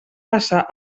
passa